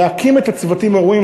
להקים את הצוותים הראויים.